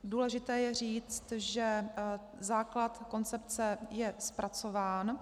Důležité je říci, že základ koncepce je zpracován.